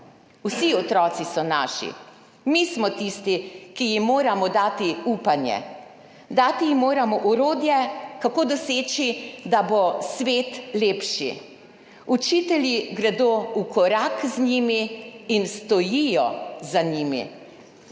Vsi otroci so naši, mi smo tisti, ki jim moramo dati upanje, dati jim moramo orodje, kako doseči, da bo svet lepši. Učitelji gredo v korak z njimi in stojijo za njimi.